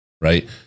right